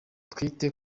twite